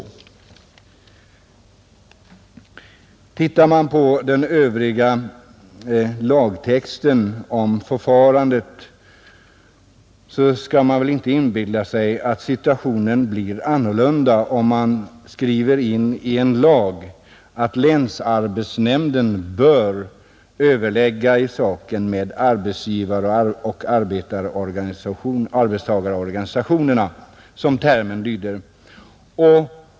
Tittar man på den övriga lagtexten om förfarandet, så skall man väl inte inbilla sig att situationen blir annorlunda om man skriver in i en lag att länsarbetsnämnden ”bör” överlägga i saken med arbetsgivaroch arbetstagarorganisationerna, som termen lyder.